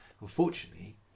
Unfortunately